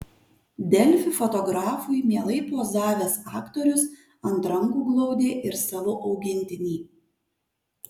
delfi fotografui mielai pozavęs aktorius ant rankų glaudė ir savo augintinį